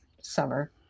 summer